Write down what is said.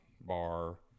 bar